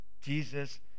Jesus